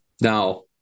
Now